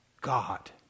God